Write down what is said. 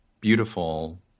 beautiful